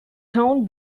town